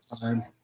time